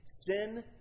Sin